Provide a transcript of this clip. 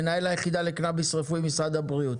מנהל היחידה לקנאביס רפואי במשרד הבריאות.